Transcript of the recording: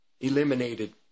eliminated